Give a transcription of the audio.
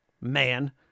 Man